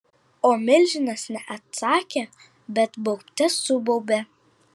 o milžinas ne atsakė bet baubte subaubė